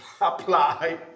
apply